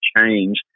change